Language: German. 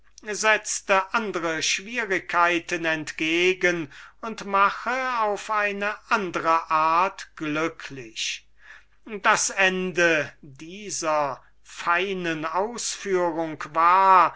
andre schwierigkeiten entgegen und mache auf eine andre art glücklich das ende dieser schönen ausführung war